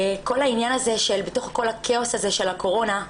כל העניין הזה, בתוך כל הכאוס הזה של הקורונה,